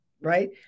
right